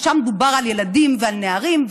ששם דובר על ילדים ועל נערים,